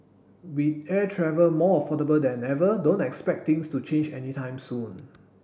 with air travel more affordable than ever don't expect things to change any time soon